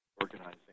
organizing